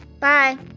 Bye